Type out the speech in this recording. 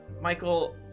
michael